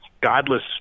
godless